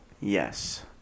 Yes